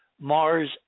Mars